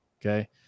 Okay